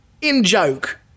in-joke